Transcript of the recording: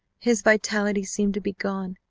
his vitality seemed to be gone.